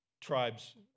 tribes